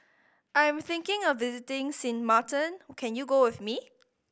I'm thinking of visiting Sint Maarten can you go with me